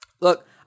Look